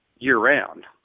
year-round